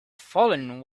fallen